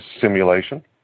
simulation